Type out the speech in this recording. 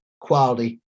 quality